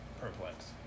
Perplexed